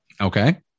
Okay